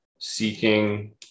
seeking